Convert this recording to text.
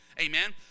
Amen